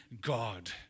God